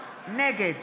נגד